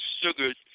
sugars